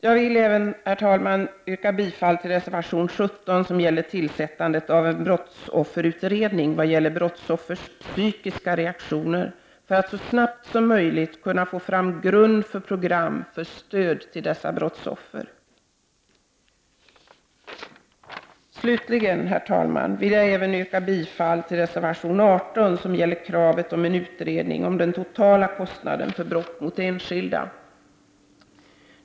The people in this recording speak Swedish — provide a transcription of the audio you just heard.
Jag yrkar även bifall till reservation 17 som gäller tillsättande av en brottsofferutredning vad gäller brottsoffers psykiska reaktioner för att man så snabbt som möjligt skall kunna få fram grund för program för stöd till brottsoffer. Slutligen, herr talman, yrkar jag bifall till reservation 18 som gäller kravet om en utredning om den totala kostnaden för brott mot enskilda.